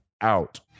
out